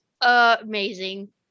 amazing